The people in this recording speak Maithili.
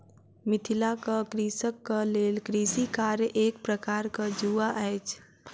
मिथिलाक कृषकक लेल कृषि कार्य एक प्रकारक जुआ अछि